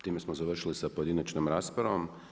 Time smo završili sa pojedinačnom raspravom.